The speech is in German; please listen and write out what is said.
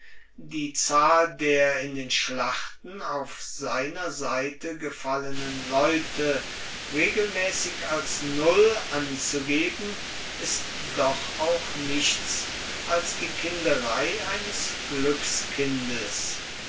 die zahl der in den schlachten auf seiner seite gefallenen leute regelmäßig als null anzugeben ist doch auch nichts als die kinderei eines glückskindes